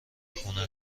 خونه